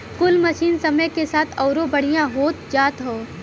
कुल मसीन समय के साथ अउरो बढ़िया होत जात हौ